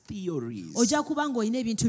theories